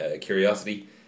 Curiosity